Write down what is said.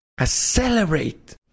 Accelerate